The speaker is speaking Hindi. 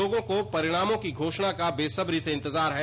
लोगों को परिणामों की घोषणा का बेसब्री से इंतजार है